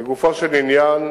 לגופו של עניין,